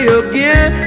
again